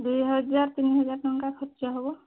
ଦୁଇ ହଜାର ତିନି ହଜାର ଟଙ୍କା ଖର୍ଚ୍ଚ ହବ